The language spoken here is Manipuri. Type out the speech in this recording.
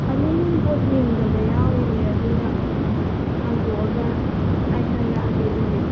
ꯑꯅꯤ ꯑꯍꯨꯝ ꯄꯣꯠ ꯌꯦꯡꯗꯕ ꯌꯥꯎꯔꯤꯌꯦ ꯑꯗꯨꯅ ꯍꯥꯡꯗꯣꯛꯂꯒ ꯑꯩ ꯍꯥꯏꯔꯛꯂꯒꯦ ꯑꯗꯨꯗꯤ